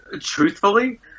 truthfully